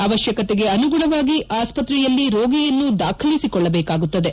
ಅವಶ್ಯಕತೆಗೆ ಅನುಗುಣವಾಗಿ ಆಸ್ತ್ರೆಯಲ್ಲಿ ರೋಗಿಯನ್ನು ದಾಖಲಸಿಕೊಳ್ಳಬೇಕಾಗುತ್ತದೆ